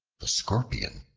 the scorpion,